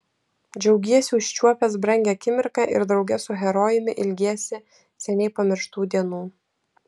džiaugiesi užčiuopęs brangią akimirką ir drauge su herojumi ilgiesi seniai pamirštų dienų